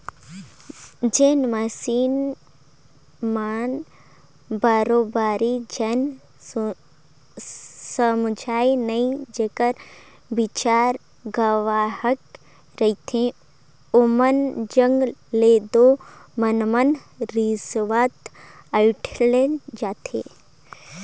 जेन मइनसे मन बरोबेर जाने समुझे नई जेकर बिचारा गंवइहां रहथे ओमन जग ले दो मनमना रिस्वत अंइठल जाथे